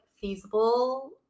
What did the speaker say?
feasible